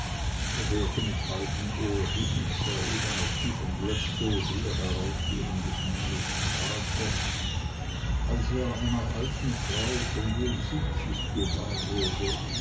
er hörte mit halbem ohr hin und sah eben auf die von globsow her heraufführende schmale straße als er einer alten frau von wohl siebzig gewahr wurde